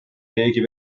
keegi